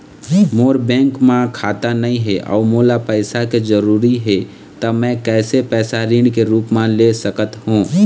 मोर bank म खाता नई हे अउ मोला पैसा के जरूरी हे त मे कैसे पैसा ऋण के रूप म ले सकत हो?